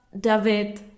David